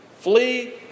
Flee